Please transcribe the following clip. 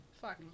Fuck